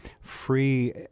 free